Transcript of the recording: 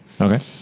Okay